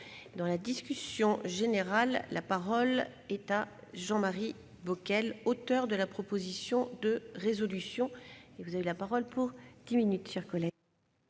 Dans la discussion générale, la parole est à Jean-Marie Bockel, auteur de la proposition de résolution.